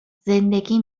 زندگی